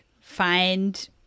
find